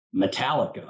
Metallica